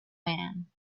man